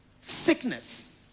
sickness